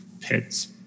pets